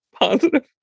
positive